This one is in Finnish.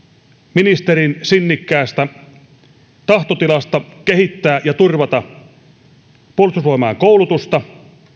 ministerin sinnikkäästä tahtotilasta kehittää ja turvata puolustusvoimain koulutusta